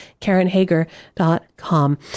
karenhager.com